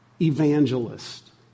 evangelist